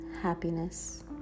happiness